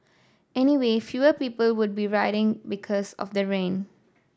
anyway fewer people would be riding because of the rain